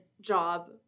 job